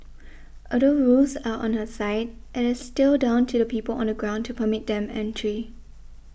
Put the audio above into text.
although rules are on her side it is still down to the people on the ground to permit them entry